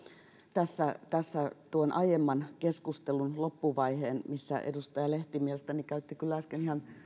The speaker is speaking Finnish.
tässä tässä tuon aiemman keskustelun loppuvaiheen missä edustaja lehti mielestäni käytti kyllä äsken ihan